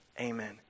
Amen